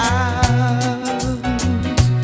out